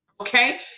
Okay